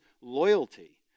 loyalty